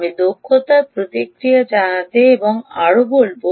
আমি দক্ষতার প্রতিক্রিয়া জানাতে এবং আরও বলব